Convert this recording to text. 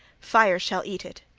fire shall eat it.